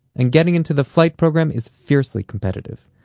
and getting into the flight program is fiercely competitive.